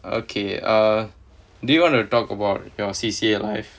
okay err do you want to talk about your C_C_A life